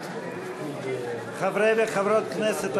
נוכחת חברי וחברות הכנסת,